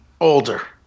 older